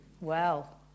Well